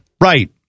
right